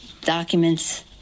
Documents